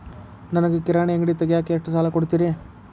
ನನಗ ಕಿರಾಣಿ ಅಂಗಡಿ ತಗಿಯಾಕ್ ಎಷ್ಟ ಸಾಲ ಕೊಡ್ತೇರಿ?